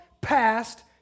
past